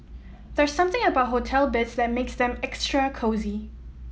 there's something about hotel beds that makes them extra cosy